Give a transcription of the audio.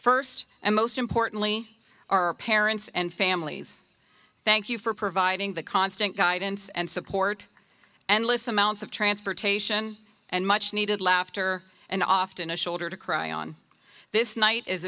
first and most importantly our parents and families thank you for providing the constant guidance and support and listen mounds of transportation and much needed laughter and often a shoulder to cry on this night